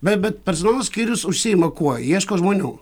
bet bet personalo skyrius užsiima kuo ieško žmonių